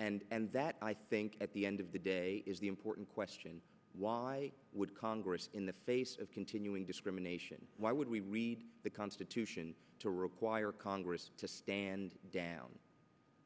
forward and that i think at the end of the day is the important question why would congress in the face of continuing discrimination why would we read the constitution to require congress to stand down